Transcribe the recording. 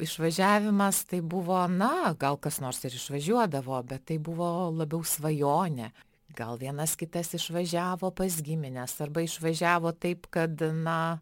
išvažiavimas tai buvo na gal kas nors ir išvažiuodavo bet tai buvo labiau svajonė gal vienas kitas išvažiavo pas gimines arba išvažiavo taip kad na